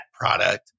product